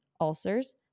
ulcers